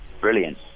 brilliant